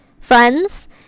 friends